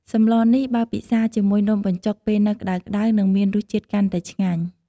សម្លនេះ បើពិសាជាមួយនំបញ្ចុកពេលនៅក្តៅៗនឹងមានរសជាតិកាន់តែឆ្ងាញ់